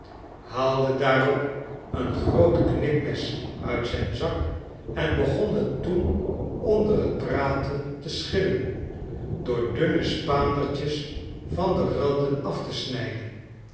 haalde daarop een groot knipmes uit zijn zak en begon het toen onder t praten te schillen door dunne spaandertjes van de randen af te snyden